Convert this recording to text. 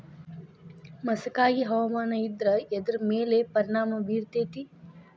ಮಸಕಾಗಿ ಹವಾಮಾನ ಇದ್ರ ಎದ್ರ ಮೇಲೆ ಪರಿಣಾಮ ಬಿರತೇತಿ?